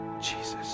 Jesus